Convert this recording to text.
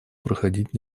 проходить